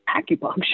Acupuncture